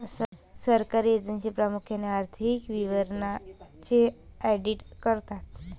सरकारी एजन्सी प्रामुख्याने आर्थिक विवरणांचे ऑडिट करतात